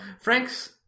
Frank's